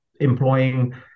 employing